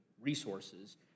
resources